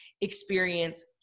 experience